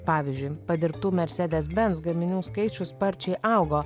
pavyzdžiui padirbtų mercedes benz gaminių skaičius sparčiai augo